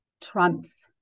trumps